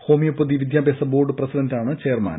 homeopathy വിദ്യാഭ്യാസ board പ്രസിഡന്റാണ് chairman